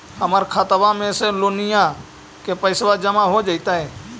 हमर खातबा में से लोनिया के पैसा जामा हो जैतय?